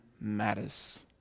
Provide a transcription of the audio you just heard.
matters